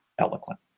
eloquent